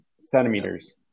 centimeters